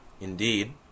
Indeed